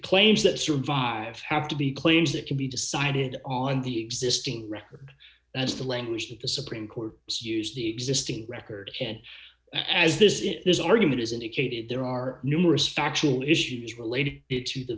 claims that survive have to be claims that can be decided on the existing record that's the language that the supreme court's used the existing record and as this is it there's argument is indicated there are numerous factual issues related